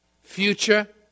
Future